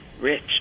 Rich